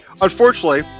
Unfortunately